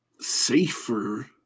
safer